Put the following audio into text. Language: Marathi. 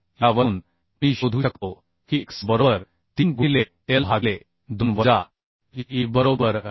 तर यावरून मी शोधू शकतो की x बरोबर 3 गुणिले l भागिले 2 वजा e बरोबर आहे